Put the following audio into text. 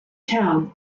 town